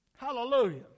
Hallelujah